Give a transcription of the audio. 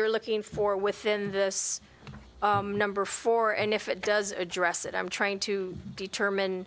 you're looking for within this number four and if it does address it i'm trying to determine